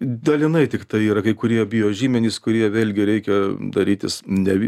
dalinai tiktai yra kai kurie biožymenys kurie vėlgi reikia darytis ne